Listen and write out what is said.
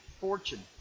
Fortune